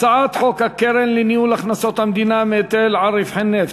הצעת חוק הקרן לניהול הכנסות המדינה מהיטל על רווחי נפט,